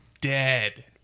dead